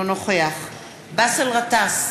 אינו נוכח באסל גטאס,